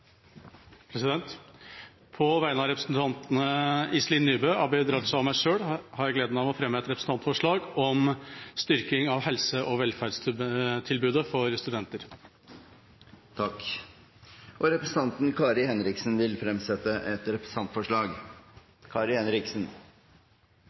representantforslag. På vegne av representantene Iselin Nybø, Abid Q. Raja og meg selv har jeg gleden av å fremme et representantforslag om styrking av helse- og velferdstilbudet for studenter. Representanten Kari Henriksen vil fremsette et representantforslag.